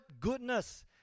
goodness